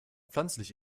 pflanzlich